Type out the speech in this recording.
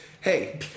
Hey